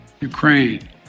Ukraine